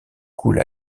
coule